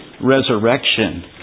resurrection